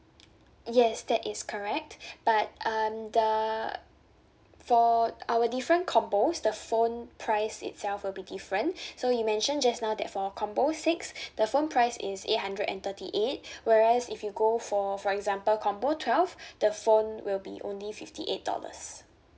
yes that is correct but um the for our different combos the phone price itself will be different so you mentioned just now that for combo six the phone price is eight hundred and thirty eight whereas if you go for for example combo twelve the phone will be only fifty eight dollars